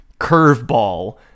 curveball